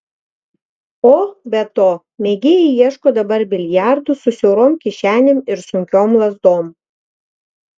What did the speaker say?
o be to mėgėjai ieško dabar biliardų su siaurom kišenėm ir sunkiom lazdom